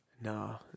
No